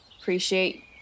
appreciate